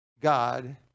God